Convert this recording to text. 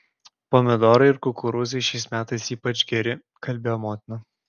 pomidorai ir kukurūzai šiais metais ypač geri kalbėjo motina